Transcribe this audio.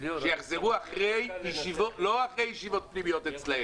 שיחזרו לא אחרי ישיבות פנימיות אצלם,